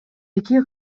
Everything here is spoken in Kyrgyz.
эки